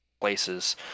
places